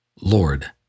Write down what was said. Lord